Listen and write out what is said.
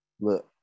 Look